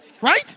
Right